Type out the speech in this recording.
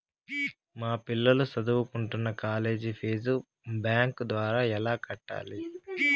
మా పిల్లలు సదువుకుంటున్న కాలేజీ ఫీజు బ్యాంకు ద్వారా ఎలా కట్టాలి?